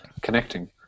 connecting